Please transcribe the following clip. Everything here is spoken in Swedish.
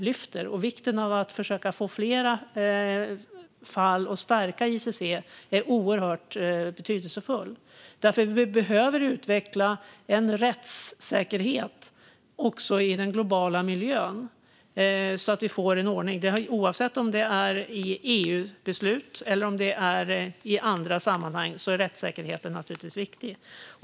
Det är oerhört betydelsefullt att stärka ICC och försöka att få flera fall dit. Vi behöver nämligen utveckla en rättssäkerhet också i den globala miljön så att vi får en ordning. Oavsett om det är i Vänsterpartiet-beslut eller i andra sammanhang är rättssäkerheten naturligtvis viktig.